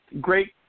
great